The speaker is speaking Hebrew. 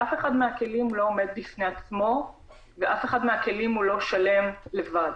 ואף אחד מהכלים לא עומד בפני עצמו ואף אחד מהכלים לא שלם לבד.